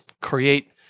create